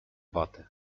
watę